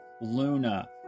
Luna